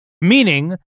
meaning